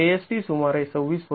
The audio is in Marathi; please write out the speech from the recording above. A s t सुमारे २६